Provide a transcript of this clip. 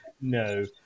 no